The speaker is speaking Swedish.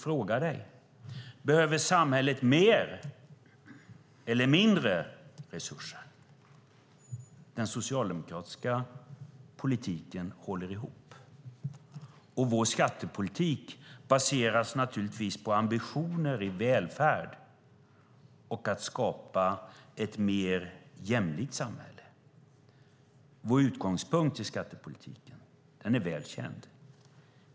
Fråga dig sedan: Behöver samhället mer eller mindre resurser? Den socialdemokratiska politiken håller ihop, och vår skattepolitik baseras naturligtvis på ambitioner för välfärd och att skapa ett mer jämlikt samhälle. Vår utgångspunkt i skattepolitiken är väl känd.